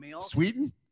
Sweden